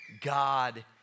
God